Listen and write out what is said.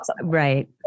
Right